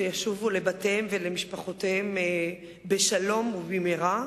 שישובו לבתיהם ולמשפחותיהם בשלום ובמהרה.